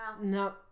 No